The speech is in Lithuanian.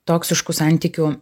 toksiškų santykių